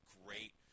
great